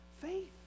faith